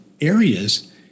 areas